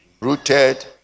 rooted